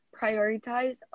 prioritize